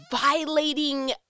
violating